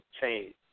change